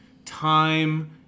Time